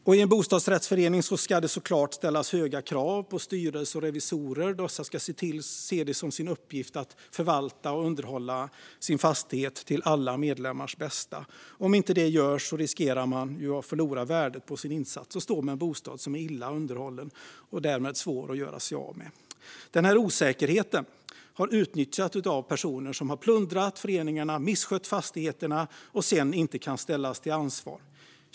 I en bostadsrättsförening ska det såklart ställas höga krav på styrelse och revisorer. Dessa ska se det som sin uppgift att förvalta och underhålla sin fastighet till alla medlemmars bästa. Om inte detta görs riskerar man att förlora värdet på sin insats och stå med en bostad som är illa underhållen och därmed svår att göra sig av med. Denna osäkerhet har utnyttjats av personer som har plundrat föreningarna, misskött fastigheterna och sedan inte kan ställas till ansvar.